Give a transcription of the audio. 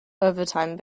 overtime